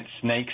snakes